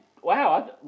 Wow